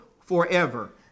forever